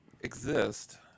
exist